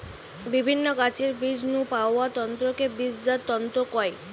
বিভিন্ন গাছের বীজ নু পাওয়া তন্তুকে বীজজাত তন্তু কয়